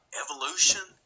evolution